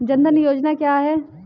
जनधन योजना क्या है?